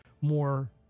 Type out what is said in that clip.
more